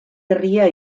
herria